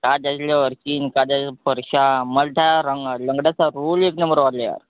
का त्यातलंं वर्किंग का त्यात परश्या मला त्या रंगा लंगड्याचा रोल एक नंबर वाटलं यार